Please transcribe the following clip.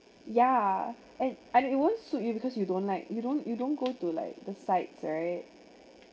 ya and and it won't suit you because you don't like you don't you don't go to like the sights right